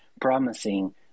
promising